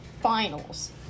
finals